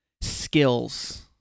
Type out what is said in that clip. skills